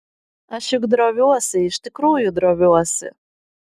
aš juk droviuosi iš tikrųjų droviuosi